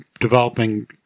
developing